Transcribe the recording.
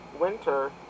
Winter